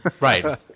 right